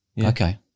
Okay